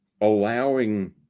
allowing